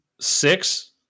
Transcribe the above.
six